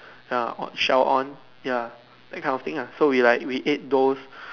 ya what shell on ya that kind of thing ah so ya we ate those